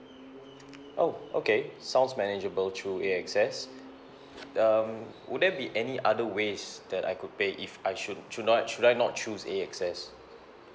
oh okay sounds manageable through A_X_S um would there be any other ways that I could pay if I should should not should I not choose A_X_S